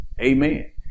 amen